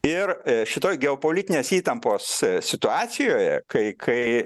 ir šitoj geopolitinės įtampos situacijoje kai kai